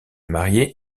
marié